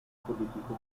político